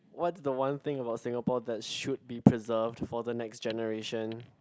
what's the one thing about Singapore that should be preserved for the next generation